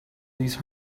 these